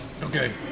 Okay